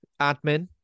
admin